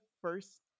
first